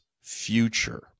future